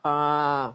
ah